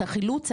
את החילוץ,